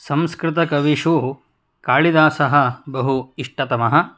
संस्कृतकविषु कालिदासः बहु इष्टतमः